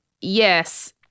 yes